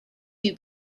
you